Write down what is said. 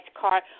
car